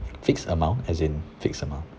fixed amount as in fixed amount